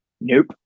Nope